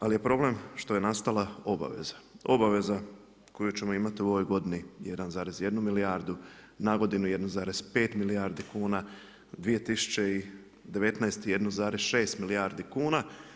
Ali je problem što je nastala obaveza, obaveza koju ćemo imati u ovoj godini 1,1 milijardu, nagodinu 1,5 milijardi kuna, 2019. 1,6 milijardi kuna.